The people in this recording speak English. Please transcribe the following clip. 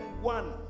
one